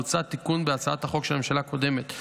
בוצע תיקון בהצעת החוק של הממשלה הקודמת,